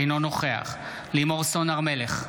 אינו נוכח לימור סון הר מלך,